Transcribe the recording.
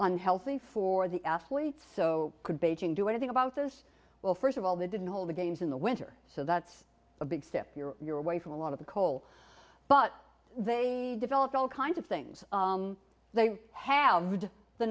unhealthy for the athletes so could beijing do anything about this well first of all they didn't hold the games in the winter so that's a big step you're you're away from a lot of the coal but they developed all kinds of things they ha